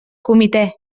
comitè